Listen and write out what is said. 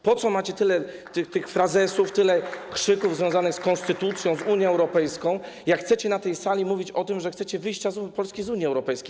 Po co macie tyle tych frazesów, tyle krzyków związanych z konstytucją, z Unią Europejską, jak chcecie na tej sali mówić o tym, że chcecie wyjścia Polski z Unii Europejskiej.